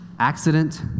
accident